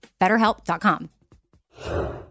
BetterHelp.com